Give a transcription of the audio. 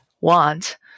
want